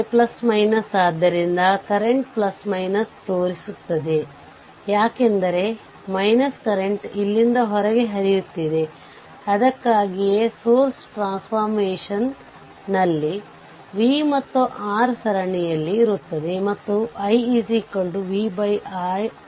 ನೀವು ಇನ್ಪುಟ್ ಪ್ರತಿರೋಧ ಅಥವಾ RThevenin ಅನ್ನು ಕಂಡುಹಿಡಿಯುವಾಗ ರೇಖೀಯ ಸರ್ಕ್ಯೂಟ್ ಸ್ವತಂತ್ರವಾಗಿರುತ್ತದೆ ನಂತರ ಈ ಎಲ್ಲಾ ಸ್ವತಂತ್ರ ಮೂಲಗಳನ್ನು ಆಫ್ ಮಾಡಬೇಕು